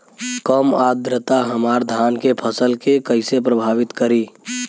कम आद्रता हमार धान के फसल के कइसे प्रभावित करी?